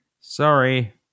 Sorry